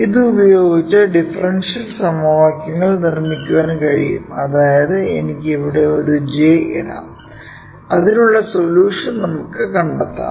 ഇത് ഉപയോഗിച്ച് ഡിഫറൻഷ്യൽ സമവാക്യങ്ങൾ നിർമ്മിക്കാൻ കഴിയും അതായത് എനിക്ക് ഇവിടെ ഒരു j ഇടാം അതിനുള്ള സൊല്യൂഷൻ നമുക്ക് കണ്ടെത്താം